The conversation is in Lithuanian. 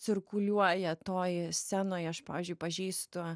cirkuliuoja toj scenoj aš pavyzdžiui pažįstu